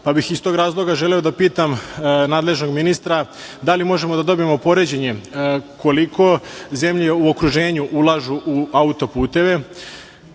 pa bih iz tog razloga želeo da pitam nadležnog ministra - da li možemo da dobijemo poređenje koliko zemlje u okruženju ulažu u auto-puteve,